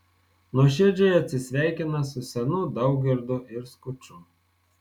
nuoširdžiai atsisveikina su senu daugirdu ir skuču